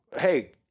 hey